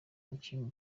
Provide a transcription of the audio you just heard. umukinnyi